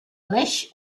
lech